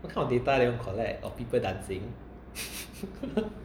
what kind of data they want collect of people dancing